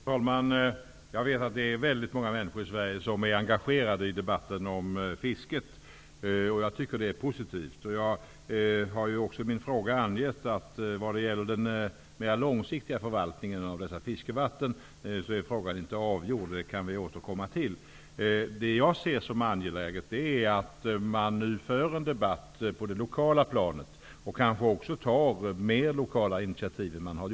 Herr talman! Jag vet att det är väldigt många människor i Sverige som är engagerade i debatten om fisket. Det är positivt. Jag har också i mitt svar angett att frågan om den mer långsiktiga förvaltning av dessa fiskevatten inte är avgjord. Den kan vi återkomma till. Nu är det angeläget att det förs en debatt på det lokala planet och att det också tas fler lokala initiativ än tidigare.